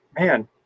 Man